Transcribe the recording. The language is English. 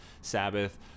Sabbath